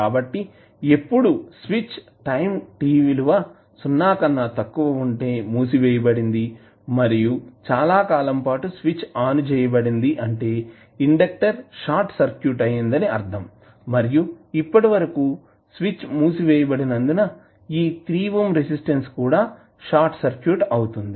కాబట్టిఎప్పుడు switch time t విలువ 0 కన్నా తక్కువ ఉంటే మూసివేయబడింది మరియు చాలా కాలం పాటు స్విచ్ ఆన్ చేయబడింది అంటే ఇండక్టర్ షార్ట్ సర్క్యూట్ అయిందని అర్థం మరియు ఇప్పటివరకు స్విచ్ మూసివేయబడినందున ఈ 3 ఓం రెసిస్టన్స్ కూడా షార్ట్ సర్క్యూట్ అవుతుంది